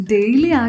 Daily